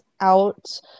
out